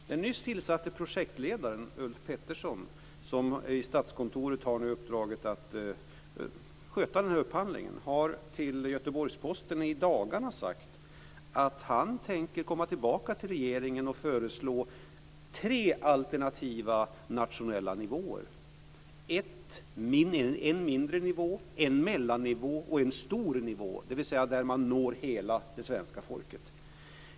Den nyss tillsatte projektledaren Ulf Petersson, som på Statskontoret har uppdraget att sköta denna upphandling, har till Göteborgs-Posten i dagarna sagt att han tänker komma tillbaka till regeringen och föreslå tre alternativa nationella nivåer: en mindre nivå, en mellannivå och en stor nivå. Med den senare når man hela det svenska folket.